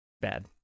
Bad